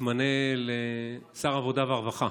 יתמנה לשר העבודה והרווחה.